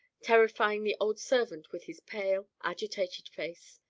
terrifying the old servant with his pale, agitated face.